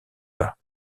bas